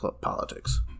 Politics